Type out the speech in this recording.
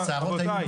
רבותיי.